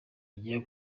ugiye